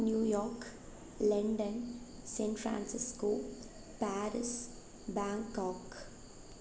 New York London San Francisco Paris Bangkok